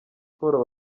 sports